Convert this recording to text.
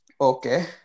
Okay